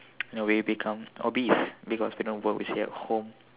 you know we become obese because we don't work we stay at home